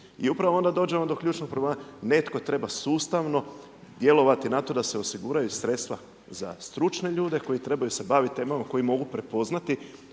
I upravo onda dođemo do ključnog problema. Netko treba sustavno djelovati na to da se osiguraju sredstva za stručne ljude koji trebaju se baviti temama koji mogu prepoznati,